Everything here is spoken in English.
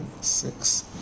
six